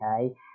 okay